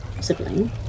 sibling